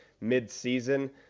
mid-season –